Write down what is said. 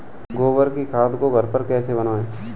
गोबर की खाद को घर पर कैसे बनाएँ?